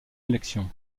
élection